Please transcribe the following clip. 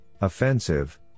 offensive